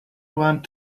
want